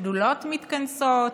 שדולות מתכנסות,